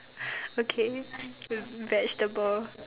okay vegetable